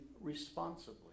responsibly